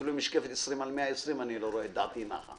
אפילו עם משקפת 20 על 120 אני לא רואה את דעתי נחה